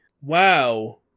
wow